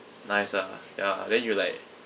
nice lah ya then you like